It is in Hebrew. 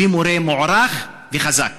בלי מורה מוערך וחזק.